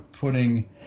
putting